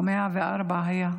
או 104 היה.